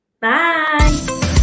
bye